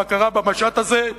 מה קרה במשט הזה,